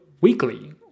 weekly